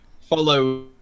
follow